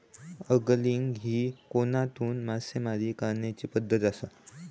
angling ही कोनातून मासेमारी करण्याची पद्धत आसा